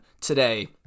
today